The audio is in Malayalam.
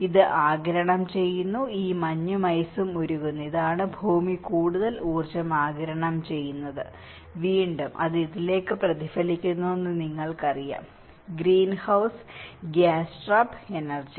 ഇത് ആഗിരണം ചെയ്യുന്നു ഈ മഞ്ഞും ഐസും ഉരുകുന്നത് ഇതാണ് ഭൂമി കൂടുതൽ ഊർജ്ജം ആഗിരണം ചെയ്യുന്നത് വീണ്ടും അത് ഇതിലേക്ക് പ്രതിഫലിക്കുന്നുവെന്ന് നിങ്ങൾക്കറിയാം ഗ്രീൻഹൌസ് ഗ്യാസ് ട്രാപ് എനർജി